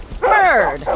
Bird